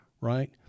right